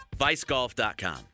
Vicegolf.com